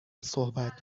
صحبت